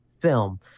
film